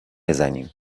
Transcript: بزنیم